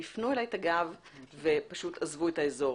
הם היפנו אלי את הגב ופשוט עזבו את האזור.